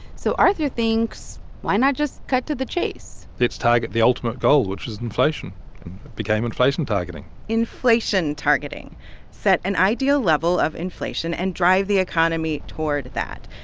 so arthur thinks, why not just cut to the chase? let's target the ultimate goal, which is inflation. it became inflation targeting inflation targeting set an ideal level of inflation and drive the economy toward that.